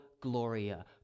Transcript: gloria